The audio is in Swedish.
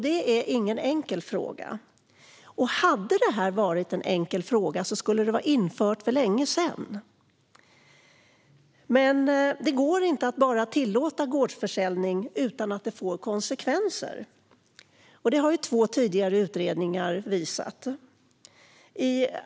Det är ingen enkel fråga. Hade det varit en enkel fråga skulle gårdsförsäljning vara införd för länge sedan. Men det går inte att bara tillåta gårdsförsäljning utan att det får konsekvenser. Det har två tidigare utredningar visat.